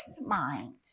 mind